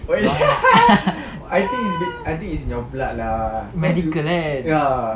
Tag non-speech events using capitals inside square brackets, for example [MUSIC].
tak nak [LAUGHS] medical kan